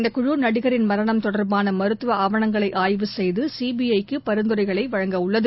இந்தக் குழு நடிகரின் மரணம் தொடர்பானமருத்துவஆவணங்களைஆய்வு செய்து சிபிஐ க்குபரிந்துரைகளைவழங்கவுள்ளது